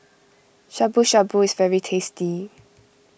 Shabu Shabu is very tasty